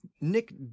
Nick